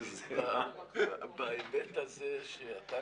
בהיבט הזה שעל